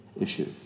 issue